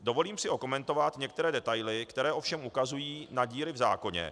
Dovolím si okomentovat některé detaily, které ovšem ukazují na díry v zákoně.